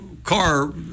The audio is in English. Car